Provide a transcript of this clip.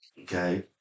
Okay